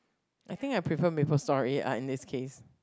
I think I prefer Maplestory ah in this casse